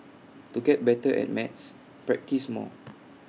to get better at maths practise more